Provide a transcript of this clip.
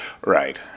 Right